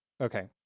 Okay